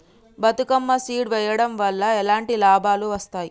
Bathukamma seed వెయ్యడం వల్ల ఎలాంటి లాభాలు వస్తాయి?